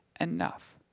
enough